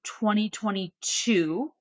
2022